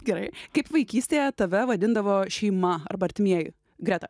gerai kaip vaikystėje tave vadindavo šeima arba artimieji greta